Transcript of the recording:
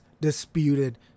disputed